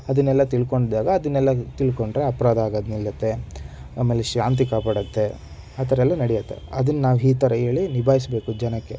ಅದನ್ನೆಲ್ಲ ತಿಳ್ಕೊಂಡಾಗ ಅದನ್ನೆಲ್ಲ ತಿಳ್ಕೊಂಡ್ರೆ ಅಪರಾಧ ಆಗೋದು ನಿಲ್ಲುತ್ತೆ ಆಮೇಲೆ ಶಾಂತಿ ಕಾಪಾಡುತ್ತೆ ಆ ಥರ ಎಲ್ಲ ನಡಿಯುತ್ತೆ ಅದನ್ನು ನಾವು ಈ ಥರ ಹೇಳಿ ನಿಭಾಯಿಸಬೇಕು ಜನಕ್ಕೆ